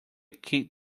kick